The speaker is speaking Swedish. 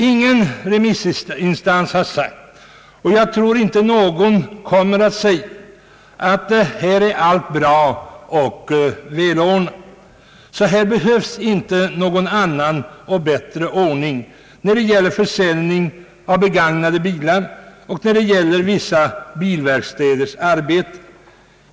Ingen remissinstans har sagt — och jag tror inte heller att någon här kommer att påstå det — att allting är så bra och välordnat att det inte behövs en annan och bättre ordning när det gäller försäljning av begagnade bilar och vissa bilverkstäders arbeten.